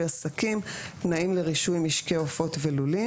עסקים (תנאים לרישוי משקי עופות ולולים),